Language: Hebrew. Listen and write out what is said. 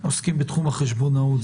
שעוסקים בתחום החשבונאות.